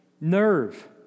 nerve